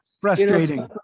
Frustrating